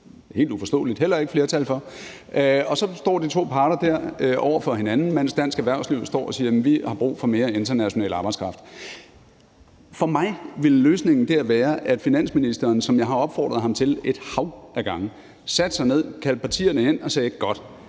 helt uforståeligt – heller ikke er flertal for. Og så står de to parter der over for hinanden, mens dansk erhvervsliv står og siger, at de har brug for mere international arbejdskraft. For mig ville løsningen der være, at finansministeren, som jeg har opfordret ham til et hav af gange, satte sig ned, kaldte partierne ind og sagde: Godt,